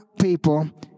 people